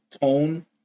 tone